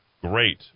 great